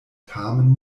tamen